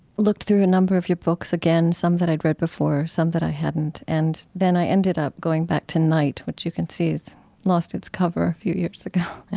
looked through a number of your books again, some that i've read before, some that i hadn't, and then i ended up going back to night, which you can see has lost its cover a few years ago,